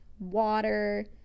water